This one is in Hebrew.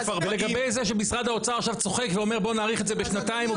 ולגבי זה שמשרד האוצר עכשיו צוחק ואומר בואו נאריך את זה בשנתיים או